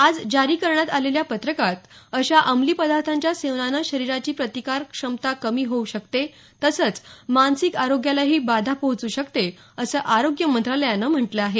आज जारी करण्यात आलेल्या पत्रकात अशा अंमली पदार्थांच्या सेवनानं शरीराची प्रतिकारक शक्ती कमी होऊ शकते तसंच मानसिक आरोग्यालाही बाधा पोहोचू शकते असं आरोग्य मंत्रालयानं म्हटलं आहे